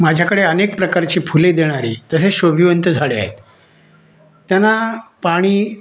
माझ्याकडे अनेक प्रकारची फुले देणारी तसेच शोभिवंत झाडे आहेत त्यांना पाणी